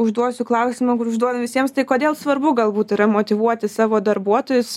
užduosiu klausimą užduodam visiems tai kodėl svarbu galbūt yra motyvuoti savo darbuotojus